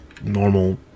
normal